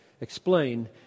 explain